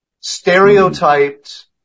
stereotyped